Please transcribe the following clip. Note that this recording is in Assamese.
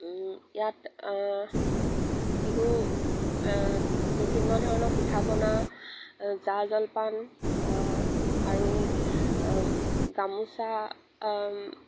ইয়াত বিহু বিভিন্ন ধৰণৰ পিঠা পনা জা জলপান আৰু গামোচা